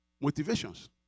motivations